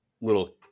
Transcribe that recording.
little